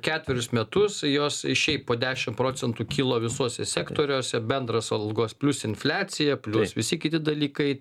ketverius metus jos šiaip po dešim procentų kilo visuose sektoriuose bendras algos plius infliacija plius visi kiti dalykai